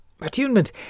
Attunement